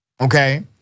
okay